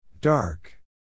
Dark